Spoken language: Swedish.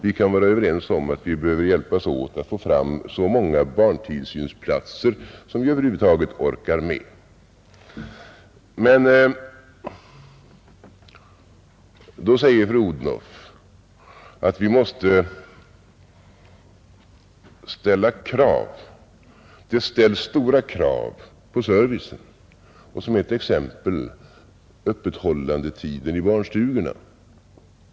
Vi kan vara överens om att vi bör hjälpas åt att få fram så många barntillsynsplatser som vi över huvud taget orkar med. Då säger fru Odhnoff att vi måste ställa krav. Det ställs stora krav på servicen, Ett exempel är öppethållandetiden i barnstugorna.